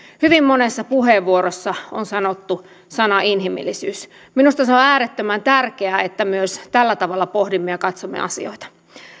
hyvin monessa puheenvuorossa on sanottu sana inhimillisyys minusta se on äärettömän tärkeää että myös tällä tavalla pohdimme ja katsomme asioita